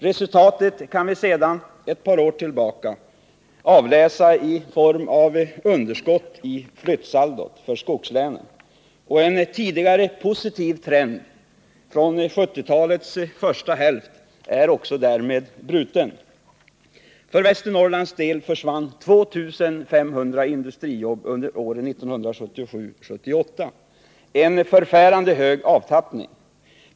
Resultatet kan vi sedan ett par år tillbaka avläsa i form av underskott i flyttsaldot för skogslänen, och en tidigare positiv trend från 1970-talets första hälft är också därmed bruten. För Västernorrlands del försvann 2 500 industrijobb under åren 1977 och 1978. En förfärande hög avtappning.